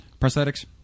Prosthetics